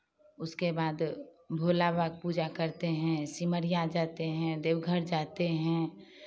उसके बाद भोला बाबा का पूजा करते हैं सिमरिया जाते हैं देवघाट जाते हैं